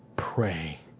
Pray